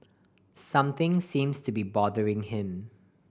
something seems to be bothering him